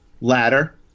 ladder